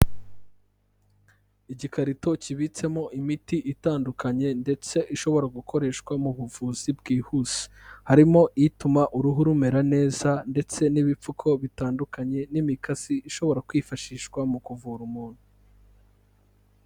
Igikarito kibitsemo imiti itandukanye ndetse ishobora gukoreshwa mu buvuzi bwihuse. Harimo ituma uruhu rumera neza ndetse n'ibipfuko bitandukanye n'imikasi ishobora kwifashishwa mu kuvura umuntu.